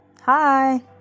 Hi